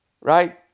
right